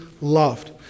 loved